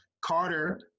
Carter